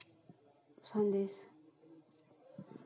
ᱥᱟᱸᱫᱮᱥ